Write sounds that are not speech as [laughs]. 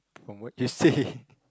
from what you say [laughs]